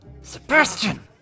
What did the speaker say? Sebastian